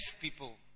people